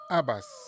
Abbas